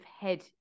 head